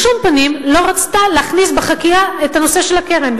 בשום פנים לא רצתה להכניס בחקיקה את הנושא של הקרן.